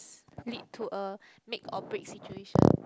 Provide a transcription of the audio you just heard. lead to a make operate situation